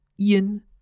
Ian